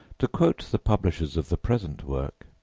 to quote the publishers of the present work